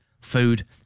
food